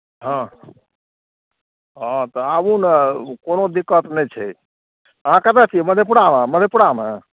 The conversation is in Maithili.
हँ हँ तऽ आबू ने कोनो दिक्कत नहि छै अहाँ कतए छिए मधेपुरामे मधेपुरामे